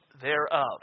thereof